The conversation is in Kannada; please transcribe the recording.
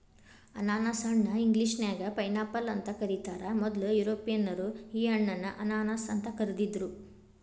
ಅನಾನಸ ಹಣ್ಣ ಇಂಗ್ಲೇಷನ್ಯಾಗ ಪೈನ್ಆಪಲ್ ಅಂತ ಕರೇತಾರ, ಮೊದ್ಲ ಯುರೋಪಿಯನ್ನರ ಈ ಹಣ್ಣನ್ನ ಅನಾನಸ್ ಅಂತ ಕರಿದಿದ್ರು